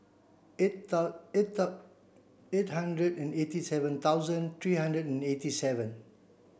eight eight eight hundred and eighty seven thousand three hundred and eighty seven